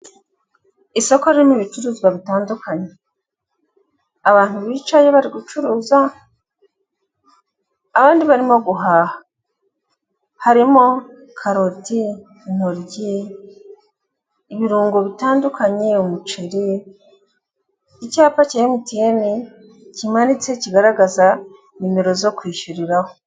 Isoko ririmo ibicuruzwa bitandukanye abantu bicaye bari gucuruza abandi barimo guhaha, harimo karoti, intoryi, ibirungo bitandukanye, umuceri icyapa cya emutiyeni kimanitse kigaragaza nimero zo kwishyuriraho.